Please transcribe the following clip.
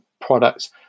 products